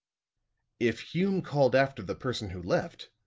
if hume called after the person who left,